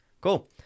Cool